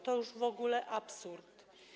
To już w ogóle absurd.